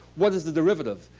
what is the derivative?